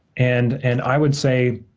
and and i would say,